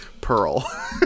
Pearl